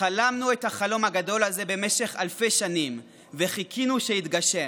חלמנו את החלום הגדול הזה במשך אלפי שנים וחיכינו שיתגשם,